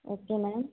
okay ma'am